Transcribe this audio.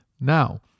Now